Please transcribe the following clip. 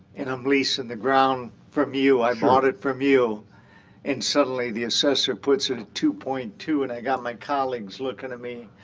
and i'm leasing the ground from you i bought it from you and suddenly the assessor puts it at two point two, and i got my colleagues looking at me,